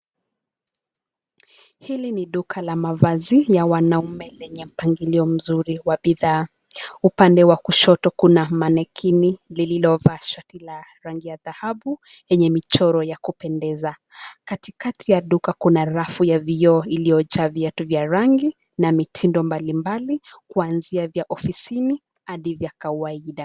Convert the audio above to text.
Hili ni duka la mavazi ya wanaume lenye mpangilio mzuri wa bidhaa. Upande wa kushoto kuna (cs)mannequin(cs) lililovaa shati la rangi ya dhahabu lenye michoro ya kupendeza. Katikati ya duka kuna rafu ya vioo iliyojaa viatu vya rangi na mitindo mbalimbali kuanzia vya ofisini hadi vya kawaida.